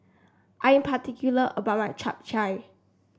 I'm particular about my Chap Chai